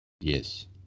Yes